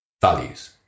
values